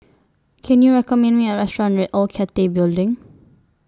Can YOU recommend Me A Restaurant near Old Cathay Building